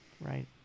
right